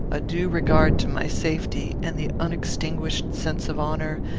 a due regard to my safety, and the unextinguished sense of honour,